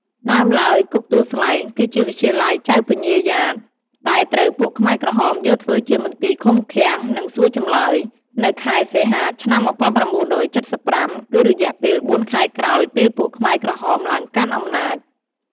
ដើមឡើយ គុកទួលស្លែង គឺជាវិទ្យាល័យចៅពញ្ញាយ៉ាត តែត្រូវពួកខ្មែរក្រហមយកធ្វើជាមន្ទីរឃុំឃាំង និងសួរចម្លើយ នៅខែសីហាឆ្នាំ១៩៧៥ គឺរយៈពេល៤ខែក្រោយពេលពួកខ្មែរក្រហមឡើងកាន់អំណាច។